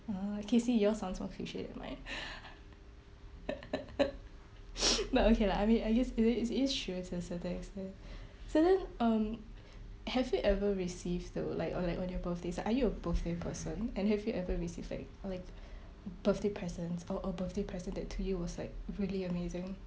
ah casey yours sounds more cliché than mine but okay lah I mean I us~ it it it is true to a certain extent so then um have you ever received the like or would like on your birthdays are you a birthday person and have you ever receive like like birthday presents or a birthday present that to you was like really amazing